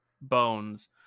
bones